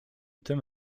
tym